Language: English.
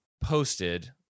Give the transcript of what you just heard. posted